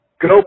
Go